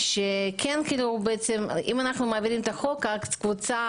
שאם אנחנו נעביר את החוק אז הקבוצה